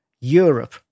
Europe